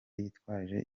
yitwaje